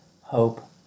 hope